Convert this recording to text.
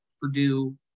Purdue